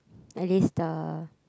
at least the